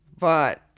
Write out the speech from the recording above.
but